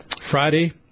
Friday